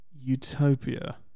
utopia